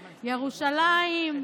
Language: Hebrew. ירושלים,